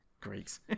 Greeks